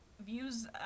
views